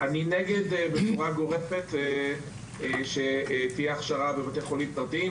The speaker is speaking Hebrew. אני בצורה גורפת נגד שתהיה הכשרה בבתי חולים פרטיים.